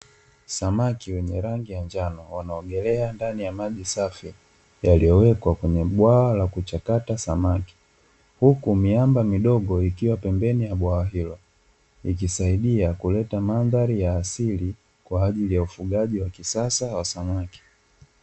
Samaki wenye rangi ya njano wanaogelea ndani ya maji safi, yaliyowekwa kwenye bwawa la kuchakata samaki. Huku miamba midogo ikiwa pembeni ya bwawa hilo, ikisaidia kuleta mandhari ya asili, kwa ajili ya ufugaji wa kisasa wa samaki.